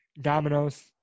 dominoes